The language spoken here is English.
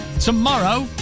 tomorrow